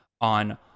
on